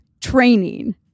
training